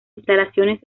instalaciones